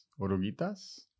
Oruguitas